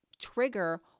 trigger